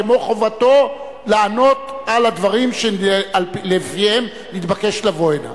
כמו חובתו לענות על הדברים שלפיהם נתבקש לבוא הנה.